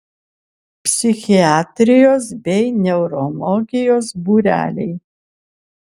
psichiatrijos bei neurologijos būreliai